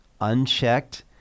Unchecked